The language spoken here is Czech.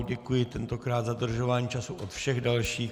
Děkuji tentokrát za dodržování času od všech dalších.